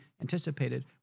anticipated